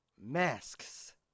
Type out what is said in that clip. masks